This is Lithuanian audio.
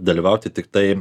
dalyvauti tiktai